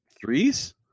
threes